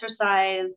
exercise